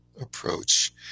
approach